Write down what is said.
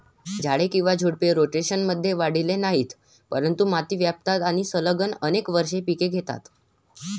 झाडे किंवा झुडपे, रोटेशनमध्ये वाढलेली नाहीत, परंतु माती व्यापतात आणि सलग अनेक वर्षे पिके घेतात